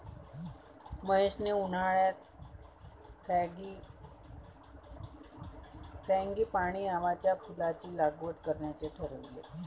महेशने उन्हाळ्यात फ्रँगीपानी नावाच्या फुलाची लागवड करण्याचे ठरवले